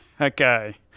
okay